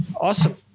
Awesome